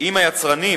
אם היצרנים